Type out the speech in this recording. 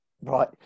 right